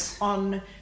on